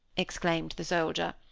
exclaimed the soldier.